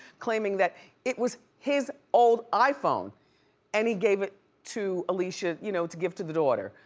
claiming that it was his old iphone and he gave it to alicia you know to give to the daughter.